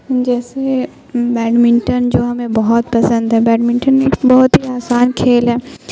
جیسے بیڈمنٹن جو ہمیں بہت پسند ہے بیڈمنٹن ایک بہت ہی آسان کھیل ہے